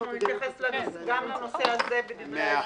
אז נתייחס גם לנושא הזה בדברי ההסבר.